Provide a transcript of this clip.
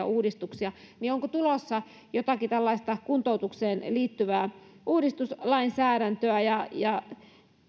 uudistuksia niin onko tulossa jotakin tällaista kuntoutukseen liittyvää uudistuslainsäädäntöä ja ja